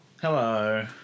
Hello